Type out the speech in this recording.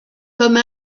comme